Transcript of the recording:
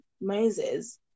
moses